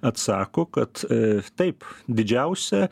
atsako kad taip didžiausia